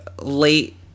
late